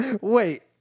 Wait